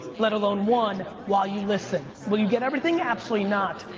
let alone one, while you listen. will you get everything? absolutely not.